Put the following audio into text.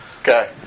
Okay